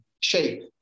shape